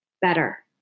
better